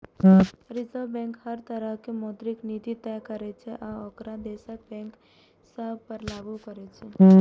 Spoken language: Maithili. रिजर्व बैंक हर तरहक मौद्रिक नीति तय करै छै आ ओकरा देशक बैंक सभ पर लागू करै छै